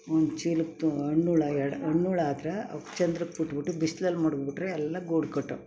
ಒಂದು ಚೀಲಕ್ಕೆ ತು ಅಂಡುಳ ಎಡ ಹಣ್ಣುಳ ಆದ್ರೆ ಅವ್ಕೆ ಚಂದ್ರಕ್ಕೆ ಬಿಟ್ಬಿಟ್ಟು ಬಿಸ್ಲಲ್ಲಿ ಮಡಗಿಬಿಟ್ರೆ ಎಲ್ಲ ಗೂಡು ಕಟ್ಟವೆ